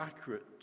accurate